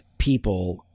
People